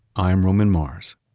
i'm roman mars